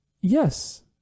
Yes